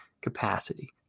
capacity